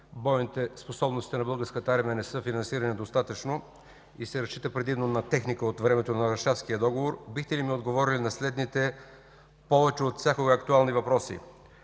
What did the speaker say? бойните способности на Българската армия не са финансирани достатъчно и се разчита предимно на техника от времето на Варшавския договор, бихте ли ми отговорили на следните повече от всякога актуални въпроси: